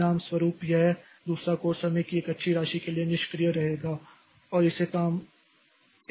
परिणामस्वरूप यह दूसरा कोर समय की एक अच्छी राशि के लिए निष्क्रिय रहेगा और इसे कम करना होगा